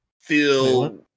feel